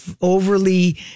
overly